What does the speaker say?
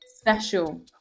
special